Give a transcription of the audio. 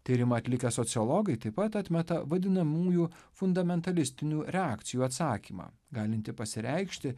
tyrimą atlikę sociologai taip pat atmeta vadinamųjų fundamentalistinių reakcijų atsakymą galintį pasireikšti